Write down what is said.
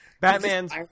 Batman's